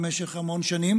בעיניי,